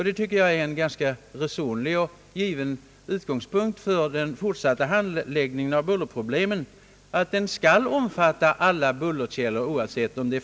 Det tycker jag är en resonlig utgångspunkt för den fortsatta handläggningen av bullerproblemen.